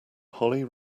holly